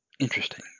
interesting